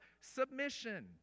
submission